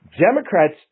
Democrats